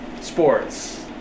sports